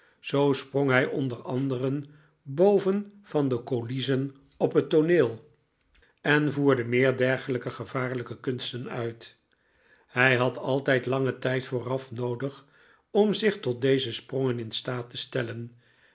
zoo sprong hij onder anderen boven van de coulissen op het tooneel en voerde meer dergelijke gevaarlijke kunsten uit hij had altijd langen tijd vooraf noodig om zich tot deze sprongen in staat te stellen